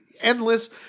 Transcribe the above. endless